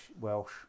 Welsh